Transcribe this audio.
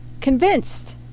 convinced